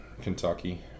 Kentucky